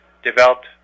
developed